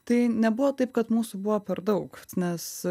tai nebuvo taip kad mūsų buvo per daug nes